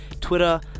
Twitter